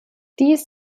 dies